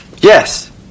Yes